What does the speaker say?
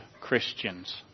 Christians